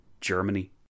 Germany